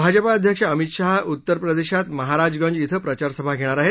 भाजपा अध्यक्ष अमित शहा उत्तरप्रदेशात महाराजगंज ििं प्रचारसभा घेणार आहेत